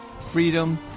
freedom